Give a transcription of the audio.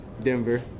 Denver